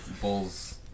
Bulls